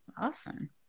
Awesome